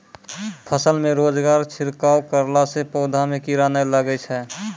फसल मे रोगऽर के छिड़काव करला से पौधा मे कीड़ा नैय लागै छै?